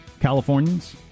Californians